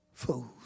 Fools